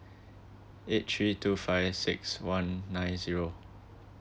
eight three two five six one nine zero